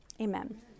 amen